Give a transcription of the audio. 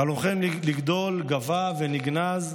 חלומכם לגדול גווע ונגנז.